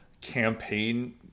campaign